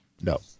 No